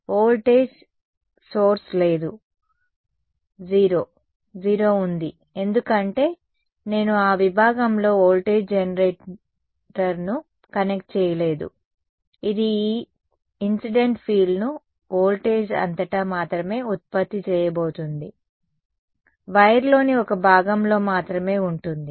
voltage source లేదు 0 ఉంది ఎందుకంటే నేను ఆ విభాగంలో వోల్టేజ్ జనరేటర్ను కనెక్ట్ చేయలేదు ఇది ఈ ఇన్సిడెంట్ ఫీల్డ్ను వోల్టేజ్ అంతటా మాత్రమే ఉత్పత్తి చేయబోతోంది వైర్లోని ఒక భాగంలో మాత్రమే ఉంటుంది